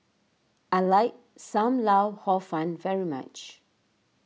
I like Sam Lau Hor Fun very much